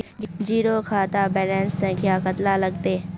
Zero खाता balance संख्या कतला लगते?